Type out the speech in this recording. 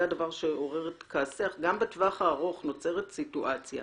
זה הדבר שעורר את כעסך: "גם בטווח הארוך נוצרת סיטואציה